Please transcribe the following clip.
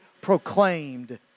proclaimed